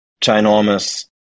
ginormous